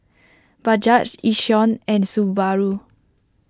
Bajaj Yishion and Subaru